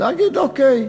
להגיד: אוקיי,